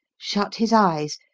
shut his eyes,